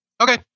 Okay